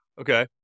okay